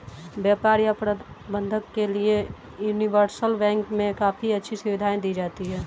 व्यापार या प्रबन्धन के लिये यूनिवर्सल बैंक मे काफी अच्छी सुविधायें दी जाती हैं